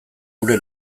gure